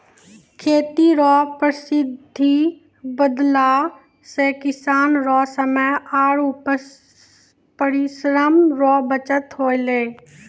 खेती रो पद्धति बदलला से किसान रो समय आरु परिश्रम रो बचत होलै